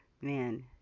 man